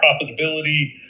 profitability